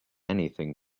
anything